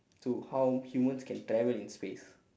to how humans can travel in space